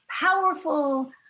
powerful